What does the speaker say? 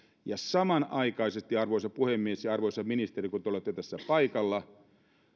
ja samanaikaisesti arvoisa puhemies ja arvoisa ministeri kun te olette tässä paikalla